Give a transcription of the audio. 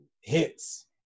Hits